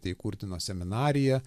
įkurdino seminariją